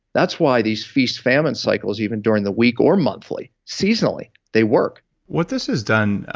that's why these feast-famine cycles, even during the week or monthly, seasonally, they work what this has done,